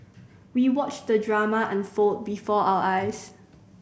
we watched the drama unfold before our eyes